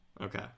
Okay